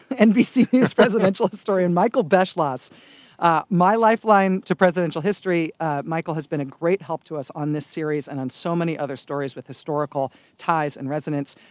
nbc news presidential historian, michael beschloss ah my lifeline to presidential history michael has been a great help to us on this series and on so many other stories with historical ties and resonance.